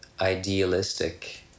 idealistic